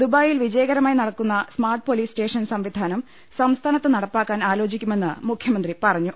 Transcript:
ദുബായിൽ വിജയകരമായി നടക്കുന്ന സ്മാർട്ട് പൊലീസ് സ്റ്റേഷൻ സംവിധാനം സംസ്ഥാനത്ത് നടപ്പാക്കാൻ ആലോചിക്കുമെന്ന് മുഖ്യമന്ത്രി പറഞ്ഞു